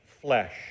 flesh